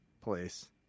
place